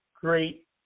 great